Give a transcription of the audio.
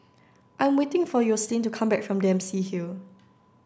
I'm waiting for Yoselin to come back from Dempsey Hill